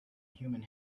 human